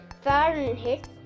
Fahrenheit